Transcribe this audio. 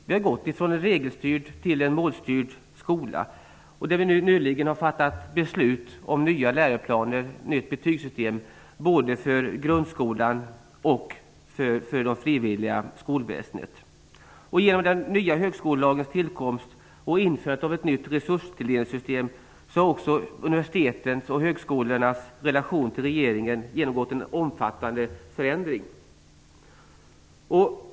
Vi har gått från en regelstyrd till en målstyrd skola, och vi har nyligen fattat beslut om nya läroplaner och nytt betygssystem både för grundskolan och för det frivilliga skolväsendet. Genom den nya högskolelagens tillkomst och införandet av ett nytt resurstilldelningssystem har också universitetens och högskolornas relation till regeringen genomgått en omfattande förändring.